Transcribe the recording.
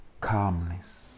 Calmness